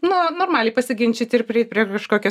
nu normaliai pasiginčyti ir prieit prie kažkokio